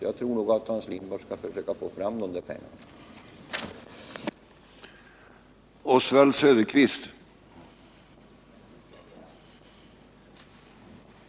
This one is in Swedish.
Jag tror att Hans Lindblad får svårigheter när det gäller att få fram pengar till naturvård i Bjärsjö.